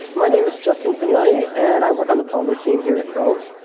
my name is justin fagnani. and i work on the polymer team here at chrome.